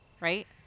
right